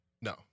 No